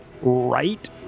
right